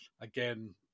again